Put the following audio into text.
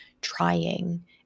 trying